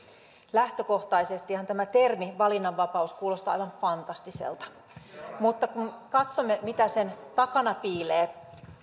lähtökohtaisestihan tämä termi valinnanvapaus kuulostaa aivan fantastiselta mutta kun katsomme mitä sen takana piilee